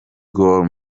gor